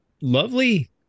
lovely